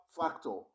factor